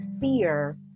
fear